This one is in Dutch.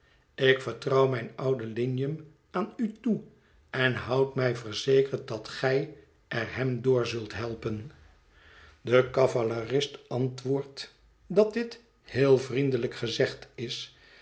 ik vertrouw mijn ouden lignum aan u toe en houd mij verzekerd dat gij er hem door zult helpen de cavalerist antwoordt dat dit heel vriendelijk gezegd is